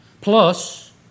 Plus